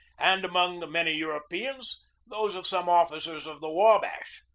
and among the many europeans those of some officers of the wabash.